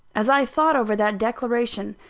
as i thought over that declaration,